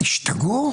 השתגעו.